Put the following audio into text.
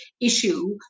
issue